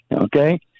Okay